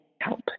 help